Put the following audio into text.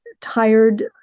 tired